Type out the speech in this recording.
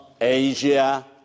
Asia